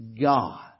God